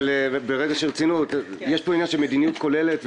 יש פה עניין של מדיניות כוללת.